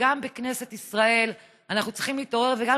שגם בכנסת ישראל אנחנו צריכים להתעורר וגם